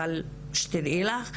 אבל שתדעי לך.